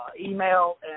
email